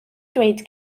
dweud